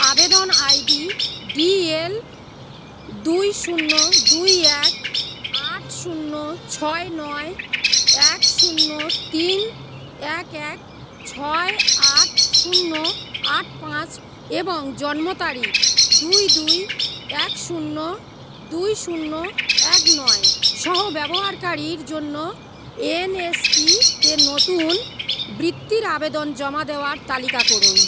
আবেদন ID DL দুই শূন্য দুই এক আট শূন্য ছয় নয় এক শূন্য তিন এক এক ছয় আট শূন্য আট পাঁচ এবং জন্ম তারিখ দুই দুই এক শূন্য দুই শূন্য এক নয় সহ ব্যবহারকারীর জন্য এনএসপিতে নতুন বৃত্তির আবেদন জমা দেওয়ার তালিকা করুন